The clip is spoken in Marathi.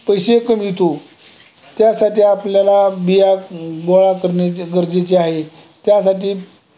पैशे कमवतो त्यासाठी आपल्याला बिया गोळा करण्याची गरजेचे आहे त्यासाठी